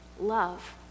love